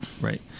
Right